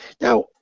Now